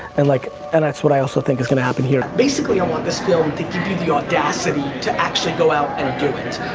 and like and that's what i also think is going to happen here. basically i want this film to give you the audacity to actually go out and do it.